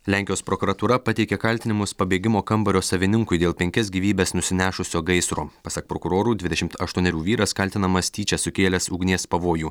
lenkijos prokuratūra pateikė kaltinimus pabėgimo kambario savininkui dėl penkias gyvybes nusinešusio gaisro pasak prokurorų dvidešimt aštuonerių vyras kaltinamas tyčia sukėlęs ugnies pavojų